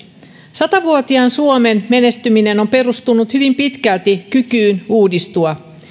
sata vuotiaan suomen menestyminen on perustunut hyvin pitkälti kykyyn uudistua